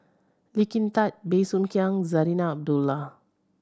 Lee Kin Tat Bey Soo Khiang Zarinah Abdullah